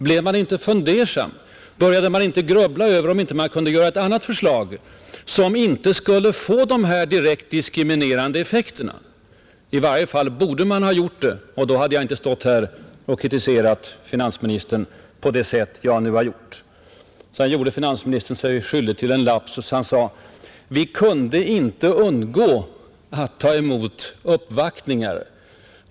Blev man inte fundersam? Började man inte grubbla över om man inte kunde göra ett bättre förslag, som inte skulle få sådana här direkt diskriminerande effekter? I varje fall borde Ni ha gjort det, och då hade jag inte behövt stå här och kritisera finansministern på det sätt jag nu måst göra. Sedan gjorde finansministern sig skyldig till en lapsus. Han sade: Vi kunde inte undgå att ta emot uppvaktningar.